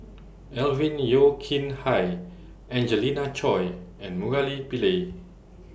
Alvin Yeo Khirn Hai Angelina Choy and Murali Pillai